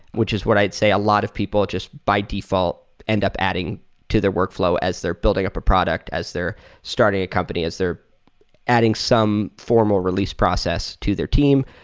which is what i'd say a lot of people just by default end up adding to their workflow as they're building up a product, as they're starting a company, as they're adding some formal release process to their team.